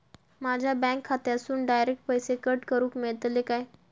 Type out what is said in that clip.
माझ्या बँक खात्यासून डायरेक्ट पैसे कट करूक मेलतले काय?